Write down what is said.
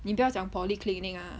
你不要讲 polyclinic ah